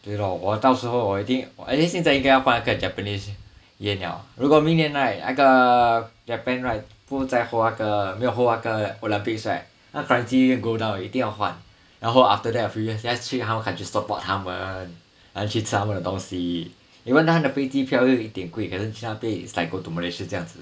对 lor 我到时候我一定 or at least 现在要一定换那个 japanese yen liao 如果明年 right 那个 japan right 不在 hold 那个没有 hold 那个 olympics right 他 currency go down 一定要换然后 after that a few years 要去他们 country support 他们 then 去吃他们的东西 even though 他飞机票是有一点贵可是去那边 is like go to malaysia 这样子